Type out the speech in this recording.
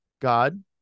God